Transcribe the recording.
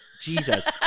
Jesus